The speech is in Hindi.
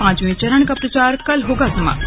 पांचवें चरण का प्रचार कल होगा समाप्त